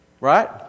Right